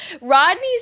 Rodney